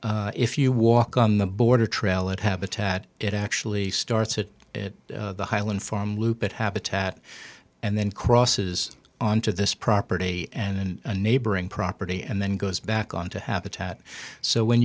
problem if you walk on the border trail it habitat it actually starts at the highland farm loop it habitat and then crosses on to this property and a neighboring property and then goes back on to habitat so when